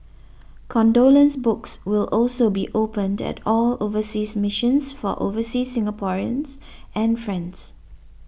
condolence books will also be opened at all overseas missions for overseas Singaporeans and friends